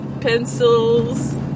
pencils